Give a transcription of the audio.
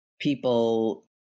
people